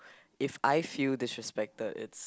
if I feel disrespected it's